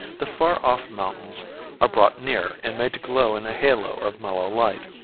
the far-off mountains are brought near and made to glow in a halo of mellow light.